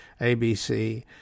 abc